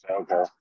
Okay